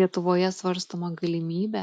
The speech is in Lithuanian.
lietuvoje svarstoma galimybė